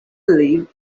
believe